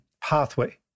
pathway